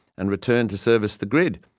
and returned to service the grid.